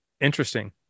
interesting